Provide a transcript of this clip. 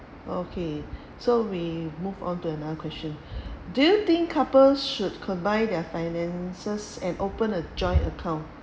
okay so we move on to another question do you think couple should combine their finances and open a joint account